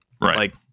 Right